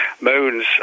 moons